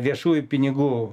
viešųjų pinigų